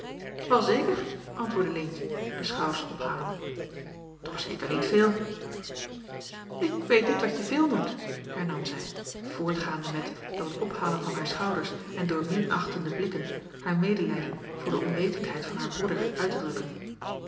wel zeker antwoordde leentje de schouders ophalende toch zeker niet veel ik weet niet wat je veel noemt hernam zij voortgaande met door het ophalen van haar schouders en door minachtende blikken haar medelijden voor de onwetendheid van haar broeder uit te drukken